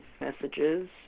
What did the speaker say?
messages